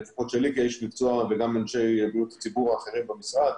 לפחות שלי כאיש מקצוע וגם אנשי בריאות הציבור האחרים במשרד,